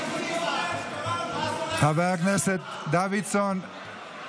חבר הכנסת דוידסון,